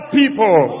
people